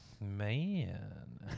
Man